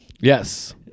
Yes